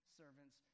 servants